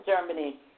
Germany